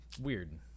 Weird